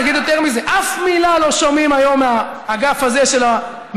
אני אגיד יותר מזה: אף מילה לא שומעים היום מהאגף הזה של המליאה